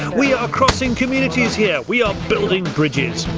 we are crossing commiunities here, we are building bridges.